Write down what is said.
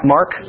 Mark